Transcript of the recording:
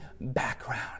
background